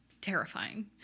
terrifying